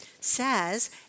says